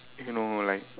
you know like